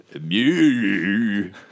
Mew